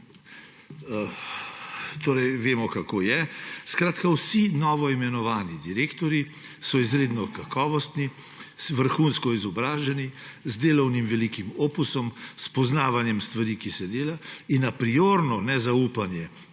Torej, vemo, kako je. Skratka, vsi novoimenovani direktorji so izredno kakovosti, vrhunsko izobraženi, z velikim delovnim opusom, s poznavanjem stvari, ki se delajo, in apriorno nezaupanje